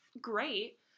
great